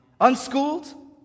Unschooled